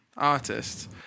artists